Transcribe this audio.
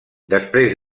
després